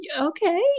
okay